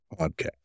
podcast